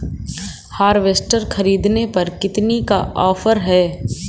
Harvester ख़रीदने पर कितनी का ऑफर है?